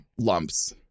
lumps